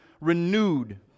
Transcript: renewed